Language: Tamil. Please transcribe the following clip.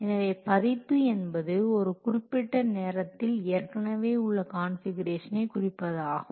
எனவே பதிப்பு என்பது ஒரு குறிப்பிட்ட நேரத்தில் ஏற்கனவே உள்ள கான்ஃபிகுரேஷனை குறிப்பதாகும்